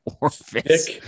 orifice